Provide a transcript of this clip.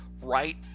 right